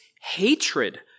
hatred